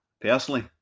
personally